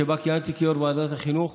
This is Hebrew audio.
שבה כיהנתי כיו"ר ועדת החינוך,